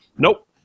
Nope